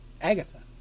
Agatha